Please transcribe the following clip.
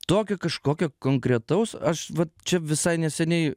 tokio kažkokio konkretaus aš vat čia visai neseniai